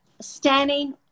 standing